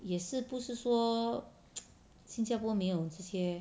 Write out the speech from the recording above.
也是不是说新加坡没有这些